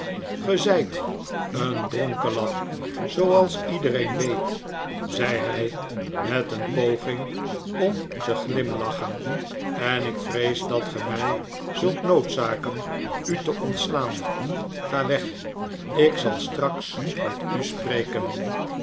zijt een dronkelap zooals iedereen weet zei hij met een poging om te glimlachen en ik vrees dat ge mij zult noodzaken u te ontslaan ga weg ik zal straks met u spreken